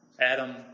Adam